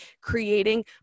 creating